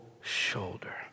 shoulder